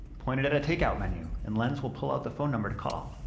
point it at a take-out menu and lens will pull out the phone number to call.